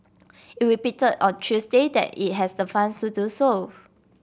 it repeated on Tuesday that it has the funds to do so